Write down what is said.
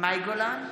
מאי גולן,